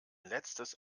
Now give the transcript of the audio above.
letztes